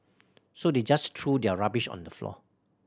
so they just threw their rubbish on the floor